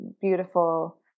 beautiful